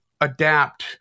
adapt